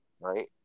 Right